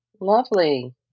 Lovely